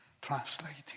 translating